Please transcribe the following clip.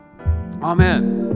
amen